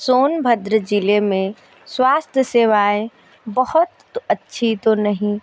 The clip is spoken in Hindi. सोनभद्र जिले में स्वास्थ्य सेवाएं बहुत अच्छी तो नहीं